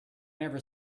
never